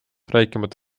rääkimata